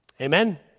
Amen